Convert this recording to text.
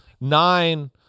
nine